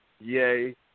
Yay